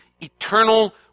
eternal